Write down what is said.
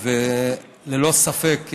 ללא ספק,